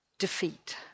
defeat